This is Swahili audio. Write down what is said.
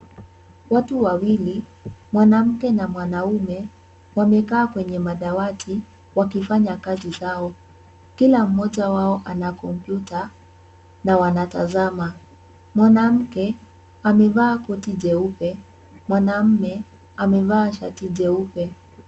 Watu wawili mwanamke na mwanaume, wamekaa kwenye madawati wakifanya kazi zao. Kila mmoja wao ana kompyuta na wanatazama. Mwanamke amevaa koti jeupe, mwanaume amevaa shati jeupe.